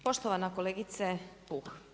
Poštovana kolegice Puh.